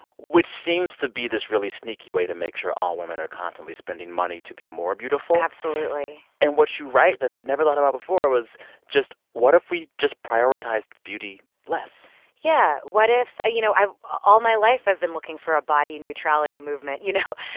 which seems to be this really sneaky way to make sure all women are constantly spending money to be more beautiful absolutely and what you write that i'd never thought about before was just what if we just prioritized beauty less yeah, what if you know, all my life i've been looking for a body neutrality movement, you know?